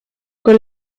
con